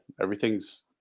everything's